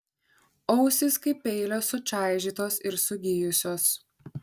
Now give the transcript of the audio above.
ausys kaip peilio sučaižytos ir sugijusios